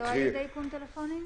לא על ידי איכון טלפונים?